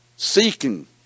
Seeking